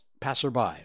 passerby